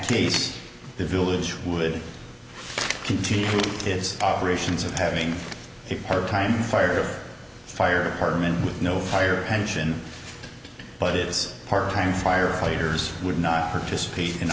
case the village would continue his operations of having a hard time fire fire department with no fire engine but it is part time firefighters would not participate in